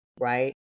Right